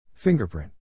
Fingerprint